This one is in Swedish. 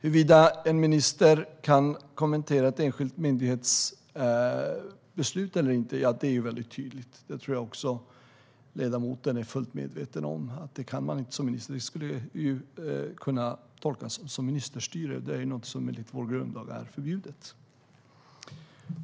Jag tror att ledamoten är fullt medveten om att en minister inte kan kommentera ett enskilt myndighetsbeslut. Det skulle kunna tolkas som ministerstyre, vilket enligt vår grundlag är förbjudet.